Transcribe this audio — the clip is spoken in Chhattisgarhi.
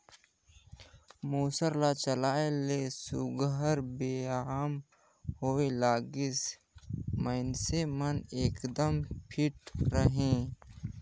मूसर ल चलाए ले सुग्घर बेयाम होए लागिस, मइनसे मन एकदम फिट रहें